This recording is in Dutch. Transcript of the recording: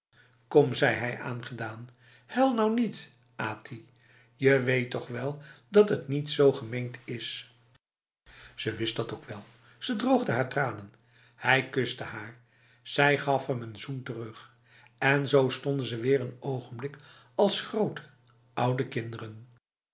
kom zei hij aangedaan huil nou niet ati je weet toch wel dat het niet z gemeend is ze wist dat ook wel ze droogde haar tranen hij kuste haar zij gaf hem een zoen terug en zo stonden ze een ogenblik als grote oude kinderen